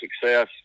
success